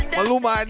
Maluma